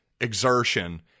exertion